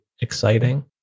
exciting